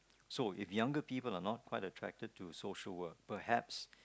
so if younger people are not quite attracted to social work perhaps